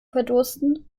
verdursten